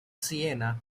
siena